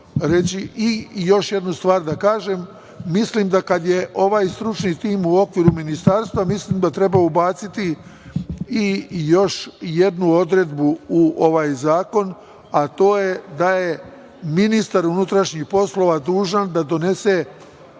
još jednu stvar da kažem kada je u pitanju ovaj stručni tim u okviru Ministarstva, mislim da treba ubaciti i još jednu odredbu u ovaj zakon, a to je da je ministar unutrašnjih poslova dužan da donese